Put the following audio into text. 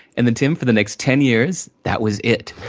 and then, tim, for the next ten years, that was it.